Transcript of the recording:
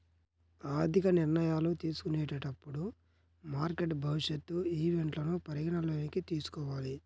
ఆర్థిక నిర్ణయాలు తీసుకునేటప్పుడు మార్కెట్ భవిష్యత్ ఈవెంట్లను పరిగణనలోకి తీసుకోవాలి